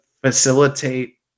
facilitate